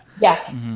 Yes